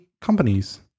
companies